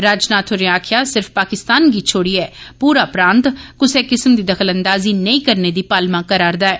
राजनाथ होरें आक्खेआ सिर्फ पाकिस्तान गी छोड़ियें पूरा प्रांत कुसै किस्म दी दखलअंदाजी नेई करने दी पालना करा'दा ऐ